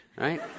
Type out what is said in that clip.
right